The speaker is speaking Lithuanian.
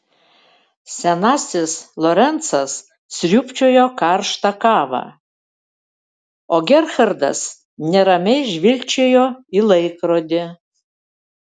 senasis lorencas sriūbčiojo karštą kavą o gerhardas neramiai žvilgčiojo į laikrodį